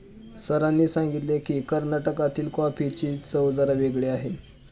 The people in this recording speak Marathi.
सरांनी सांगितले की, कर्नाटकातील कॉफीची चव जरा वेगळी आहे